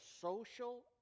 social